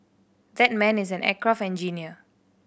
that man is an aircraft engineer